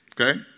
okay